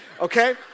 okay